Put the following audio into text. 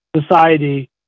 society